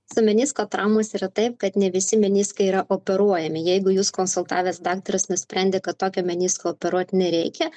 su menisko traumos yra taip kad ne visi meniskai yra operuojami jeigu jus konsultavęs daktaras nusprendė kad tokio menisko operuot nereikia